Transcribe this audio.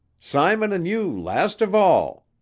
simon and you last of all,